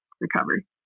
recovery